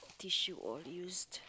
tissue all used